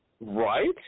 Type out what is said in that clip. Right